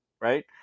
right